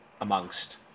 amongst